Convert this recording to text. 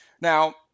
Now